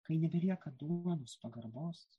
kai nebelieka duonos pagarbos